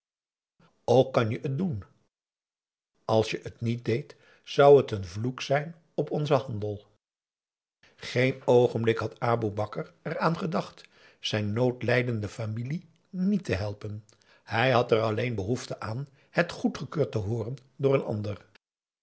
ook kan je het doen als je het niet deedt zou het een vloek zijn op onzen handel geen oogenblik had aboe bakar er aan gedacht zijn noodlijdende familie niet te helpen hij had er alleen behoefte aan het goedgekeurd te hooren door een ander